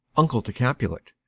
uncle to capulet.